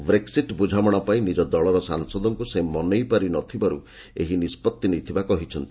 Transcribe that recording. Brexit ବୁଝାମଣା ପାଇଁ ନିଜ ଦଳର ସାଂସଦଙ୍କୁ ସେ ମନେଇ ପାରିନଥିବାରୁ ଏହି ନିଷ୍ପଭି ନେଇଥିବା କହିଛନ୍ତି